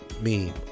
meme